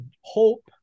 hope